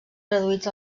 traduïts